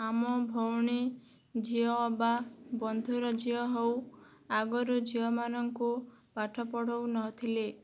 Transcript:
ଆମ ଭଉଣୀ ଝିଅ ବା ବନ୍ଧୁର ଝିଅ ହଉ ଆଗରୁ ଝିଅମାନଙ୍କୁ ପାଠ ପଢ଼ାଉ ନଥିଲେ